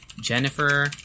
jennifer